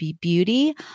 beauty